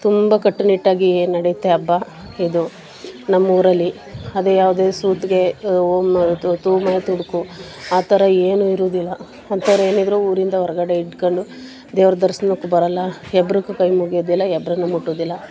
ತುಂಬ ಕಟ್ಟುನಿಟ್ಟಾಗಿ ನಡೆಯುತ್ತೆ ಹಬ್ಬ ಇದು ನಮ್ಮ ಊರಲ್ಲಿ ಅದೇ ಯಾವುದೇ ಸೂತ್ಕ ಆ ಥರ ಏನೂ ಇರುವುದಿಲ್ಲ ಅಂಥವ್ರು ಏನಿದ್ದರೂ ಊರಿಂದ ಹೊರ್ಗಡೆ ಇದ್ಕೊಂಡು ದೇವ್ರ ದರ್ಶ್ನಕ್ಕೆ ಬರೋಲ್ಲ ಎಬ್ರಗೂ ಕೈ ಮುಗ್ಯೋದಿಲ್ಲ ಎಬ್ರನ್ನೂ ಮುಟ್ಟುವುದಿಲ್ಲ